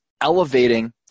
elevating